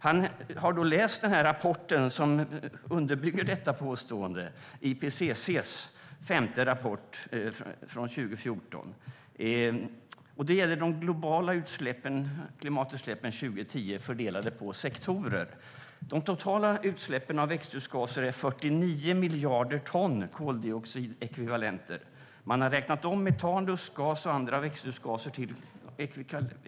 Han har läst den rapport som underbygger detta påstående, nämligen IPCC:s rapport från 2014: "Den gäller de globala utsläppen 2010, fördelade på sektorer. De totala utsläppen av växthusgaser är 49 miljarder ton koldioxidekvivalenter. Man har räknat om metan, lustgas och andra växthusgaser till .